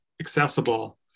accessible